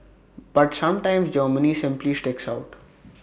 but sometimes Germany simply sticks out